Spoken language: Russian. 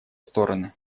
стороны